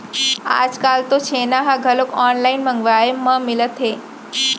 आजकाल तो छेना ह घलोक ऑनलाइन मंगवाए म मिलत हे